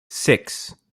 six